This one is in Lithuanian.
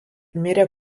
mirė